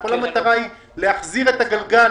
כל המטרה היא להחזיר את הגלגל